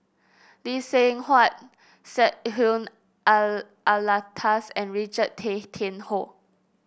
Lee Seng Huat Syed Alatas and Richard Tay Tian Hoe